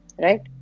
right